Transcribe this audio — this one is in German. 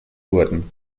wurden